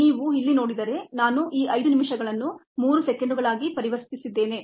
ನೀವು ಇಲ್ಲಿ ನೋಡಿದರೆ ನಾನು ಈ 5 ನಿಮಿಷಗಳನ್ನು 300 ಸೆಕೆಂಡುಗಳಾಗಿ ಪರಿವರ್ತಿಸಿದ್ದೇನೆ